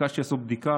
ביקשתי לעשות בדיקה.